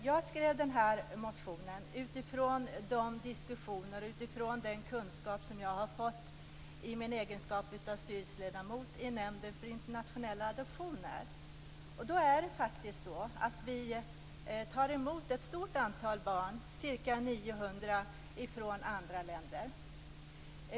Jag skrev den här motionen utifrån de diskussioner och den kunskap jag har fått i min egenskap av styrelseledamot i Nämnden för internationella adoptioner. Det är faktiskt så att vi tar emot ett stort antal barn, ca 900, från andra länder.